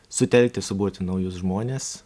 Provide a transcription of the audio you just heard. sutelkti suburti naujus žmones